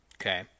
Okay